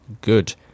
good